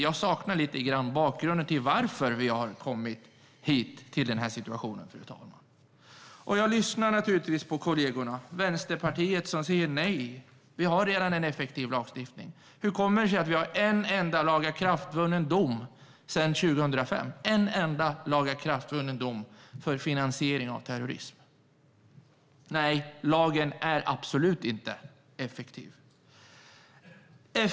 Jag saknar lite grann bakgrunden till att vi har kommit till den här situationen, fru talman. Jag lyssnar naturligtvis på kollegorna. Vänsterpartiet säger: Nej, vi har redan en effektiv lagstiftning. Hur kommer det sig att vi har en enda lagakraftvunnen dom sedan 2005? Det är en enda lagakraftvunnen dom när det gäller finansiering av terrorism. Nej, lagen är absolut inte effektiv.